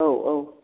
औ औ